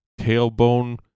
tailbone